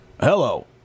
Hello